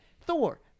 Thor